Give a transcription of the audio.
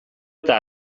eta